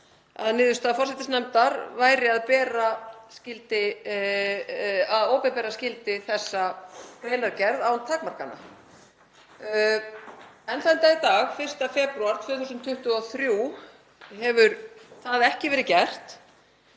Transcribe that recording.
að niðurstaða forsætisnefndar væri að opinbera skyldi þessa greinargerð án takmarkana. Enn þann dag í dag, 1. febrúar 2023, hefur það ekki verið gert